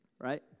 right